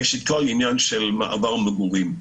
ראשית כל, העניין של מעבר מגורים.